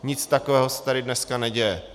Nic takového se tady dneska neděje.